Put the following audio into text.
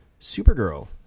supergirl